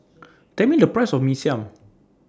Tell Me The Price of Mee Siam